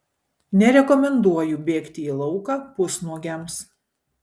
nerekomenduoju bėgti į lauką pusnuogiams